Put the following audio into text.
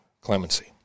clemency